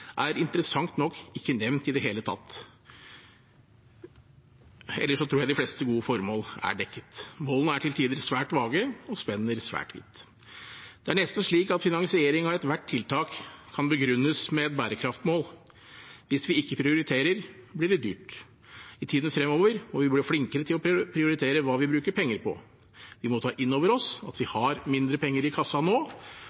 er interessant nok ikke nevnt i det hele tatt – tror jeg de fleste gode formål er dekket. Målene er til tider svært vage og spenner svært vidt. Det er nesten slik at finansiering av ethvert tiltak kan begrunnes med et bærekraftsmål. Hvis vi ikke prioriterer, blir det dyrt. I tiden fremover må vi bli flinkere til å prioritere hva vi bruker penger på. Vi må ta inn over oss at vi